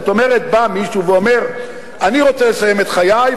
זאת אומרת בא מישהו ואומר: אני רוצה לסיים את חיי,